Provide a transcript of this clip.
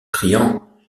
criant